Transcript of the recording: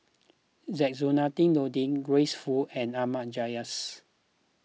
Zainudin Nordin Grace Fu and Ahmad Jais